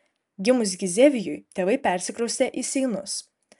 gimus gizevijui tėvai persikraustė į seinus